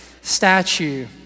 statue